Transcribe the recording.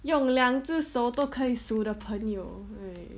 用两只手都可以数的朋友